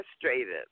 frustrated